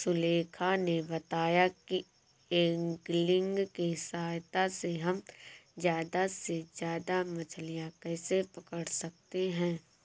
सुलेखा ने बताया कि ऐंगलिंग की सहायता से हम ज्यादा से ज्यादा मछलियाँ कैसे पकड़ सकते हैं